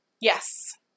Yes